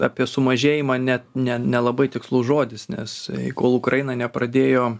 apie sumažėjimą net ne nelabai tikslus žodis nes kol ukraina nepradėjo